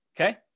Okay